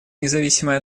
независимой